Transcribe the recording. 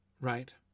right